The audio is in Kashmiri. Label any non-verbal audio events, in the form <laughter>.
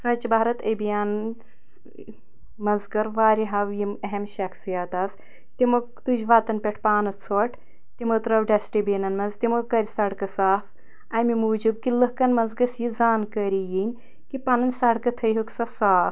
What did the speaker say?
سُۄچھ بھارت ابھیان <unintelligible> منٛز کٔر واریاہو یم اہم شخصیات آسہٕ تِمو تُجۍ وَتَن پٮ۪ٹھ پانہٕ ژھۄٹھ تِمو ترٛٲو ڈسٹہٕ بیٖنن مَنٛز تِمو کَرٕ سَڑکہٕ صاف اَمہِ موٗجوب کہِ لوٗکَن مَنٛز گٔژھہِ یہِ زانکٲری یِنۍ کہِ پَننہِ سَڑکہٕ تھٲیہوکھ سا صاف